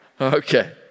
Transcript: Okay